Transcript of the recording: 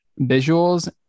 visuals